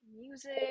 music